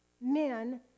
men